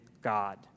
God